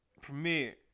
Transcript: premiere